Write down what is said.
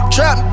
Trap